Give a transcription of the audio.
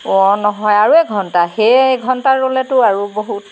অঁ নহয় আৰু এঘণ্টা সেই এঘণ্টা ৰ'লেতো আৰু বহুত